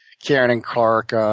karen and clark,